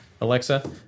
Alexa